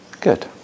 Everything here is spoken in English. Good